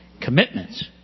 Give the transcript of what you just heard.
commitments